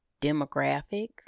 demographic